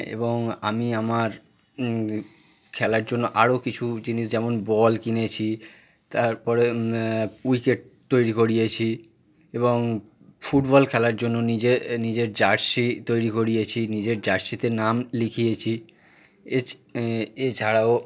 এবং আমি আমার খেলার জন্য আরও কিছু জিনিস যেমন বল কিনেছি তারপরে উইকেট তৈরি করিয়েছি এবং ফুটবল খেলার জন্য নিজের নিজের জার্সি তৈরি করিয়েছি নিজের জার্সিতে নাম লিখিয়েছি এছ এছাড়াও